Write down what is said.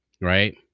right